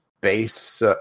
base